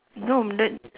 no the